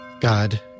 God